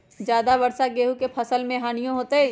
ज्यादा वर्षा गेंहू के फसल मे हानियों होतेई?